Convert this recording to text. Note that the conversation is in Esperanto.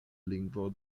lingvo